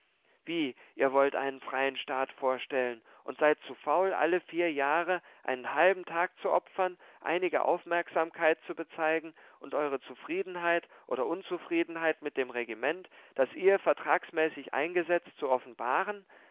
wie ihr wollt einen freien staat vorstellen und seid zu faul alle vier jahre einen halben tag zu opfern einige aufmerksamkeit zu bezeigen und eure zufriedenheit oder unzufriedenheit mit dem regiment das ihr vertragsmäßig eingesetzt zu offenbaren